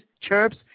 Chirps